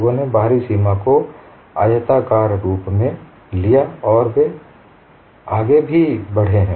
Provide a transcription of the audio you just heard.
लोगों ने बाहरी सीमा को आयताकार रूप में लिया और वे आगे भी बढ़े हैं